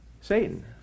Satan